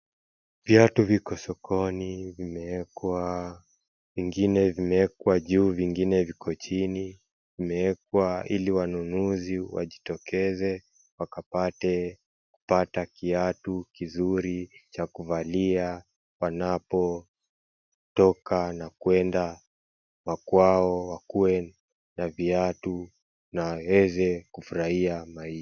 Viatu viko sokoni vimewekwa. Vingine vimewekwa juu vingine viko chini vimeekwa ili wanunuzi wajitokeze wakapate kupata kiatu kizuri cha kuvalia wanapotoka na kwenda makwao wakue na viatu na waweze kufurahia maisha.